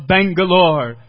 Bangalore